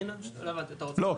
לא,